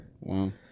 Wow